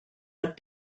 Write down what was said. but